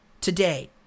today